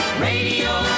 radio